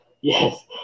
Yes